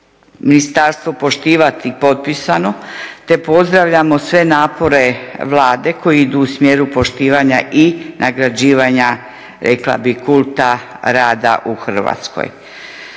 ministarstvo poštivati potpisano te pozdravljamo sve napore Vlade koji idu u smjeru poštivanja i nagrađivanja rekla bih kulta rada u Hrvatskoj.